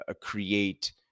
create